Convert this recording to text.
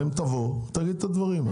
תבוא ותגיד את הדברים.